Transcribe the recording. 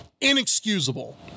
Inexcusable